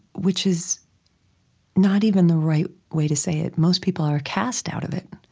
which is not even the right way to say it. most people are cast out of it